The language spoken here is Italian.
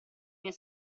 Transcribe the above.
miei